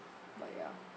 but ya